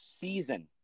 season